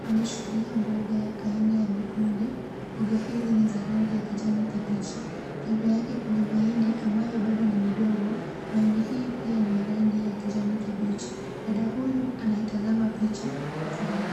Ameshikilia mboga ya aina ya mikunde. Mboga hizi ni za rangi ya kijani kibichi. Kando yake kuna mahindi ambayo bado ni midogo. Mahindi hii pia ni ya rangi ya kijani kibichi. Dada huyu anaitazama picha kwa furaha.